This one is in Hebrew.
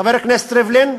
חבר הכנסת ריבלין,